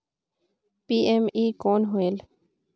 PME कौन होयल?